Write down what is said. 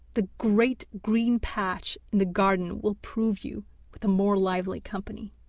the great green patch in the garden will prove you with a more lively company